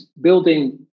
building